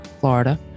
Florida